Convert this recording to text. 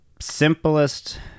simplest